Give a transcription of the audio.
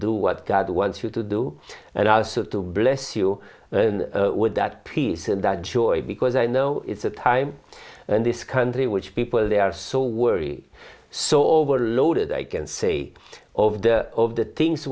do what god wants you to do and are said to bless you with that peace and that joy because i know it's a time in this country which people they are so worry so overloaded i can say of the of the things